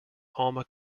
alma